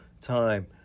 time